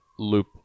loop